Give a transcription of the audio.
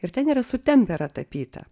ir ten yra su tempera tapyta